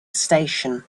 station